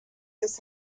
his